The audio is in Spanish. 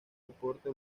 deporte